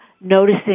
noticing